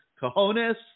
cojones